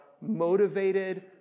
motivated